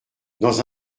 dans